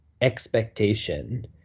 expectation